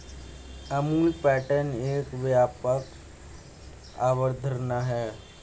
Amul pattern एक व्यापक अवधारणा है